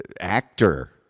actor